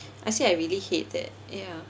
I said I really hate that ya